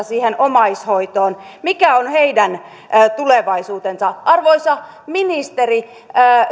siihen omaishoitoon mikä on heidän tulevaisuutensa arvoisa ministeri